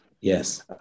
Yes